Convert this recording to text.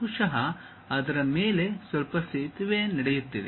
ಬಹುಶಃ ಅದರ ಮೇಲೆ ಸ್ವಲ್ಪ ಸೇತುವೆ ನಡೆಯುತ್ತಿದೆ